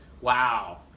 Wow